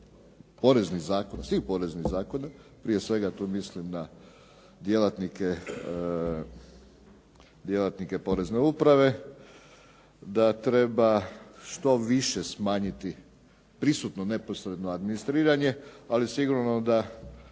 poreznih zakona, prije svega tu mislim na djelatnike porezne uprave da treba što više smanjiti prisutno neposredno administriranje, ali sigurno da